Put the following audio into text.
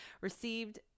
received